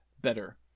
better